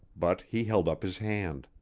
but he held up his hand.